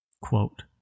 Quote